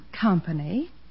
company